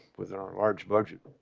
within our large budget